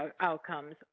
outcomes